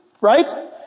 right